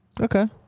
Okay